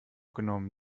genommen